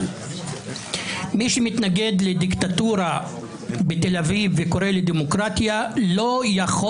אבל מי שמתנגד לדיקטטורה בתל אביב וקורא לדמוקרטיה לא יכול